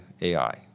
AI